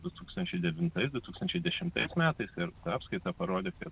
du tūkstančiai devintais du tūkstančiai dešimtais metais ir apskaita parodė kad